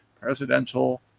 presidential